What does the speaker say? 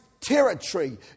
territory